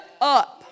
up